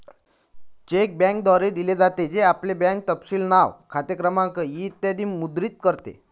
check बँकेद्वारे दिले जाते, जे आपले बँक तपशील नाव, खाते क्रमांक इ मुद्रित करते